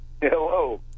Hello